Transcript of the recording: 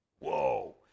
Whoa